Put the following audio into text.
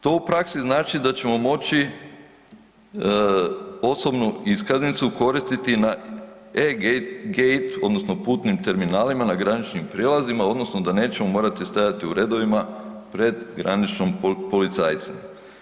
To u praksi znači da ćemo moći osobnu iskaznicu korisnici na …/nerazumljivo/… odnosno putnim terminalima na graničnim prijelazima odnosno da nećemo morati stajati u redovima pred graničnim policajcem.